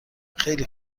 خیلی